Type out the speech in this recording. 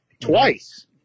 twice